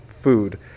food